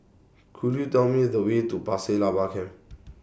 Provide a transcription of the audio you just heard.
Could YOU Tell Me The Way to Pasir Laba Camp